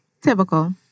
Typical